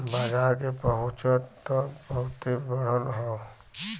बाजार के पहुंच त बहुते बढ़ल हौ